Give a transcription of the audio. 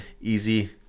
Easy